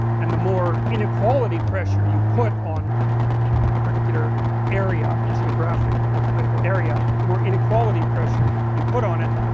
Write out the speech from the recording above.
and the more inequality pressure you put on a particular area, geographic or political area, the more inequality pressure you put on it,